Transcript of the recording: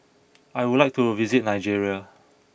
I would like to visit Nigeria